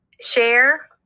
share